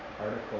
article